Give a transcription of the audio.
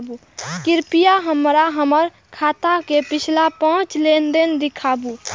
कृपया हमरा हमर खाता के पिछला पांच लेन देन दिखाबू